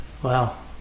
Wow